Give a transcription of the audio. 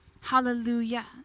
Hallelujah